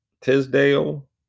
Tisdale